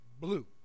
blue